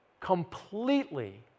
completely